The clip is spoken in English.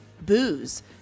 Booze